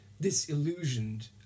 disillusioned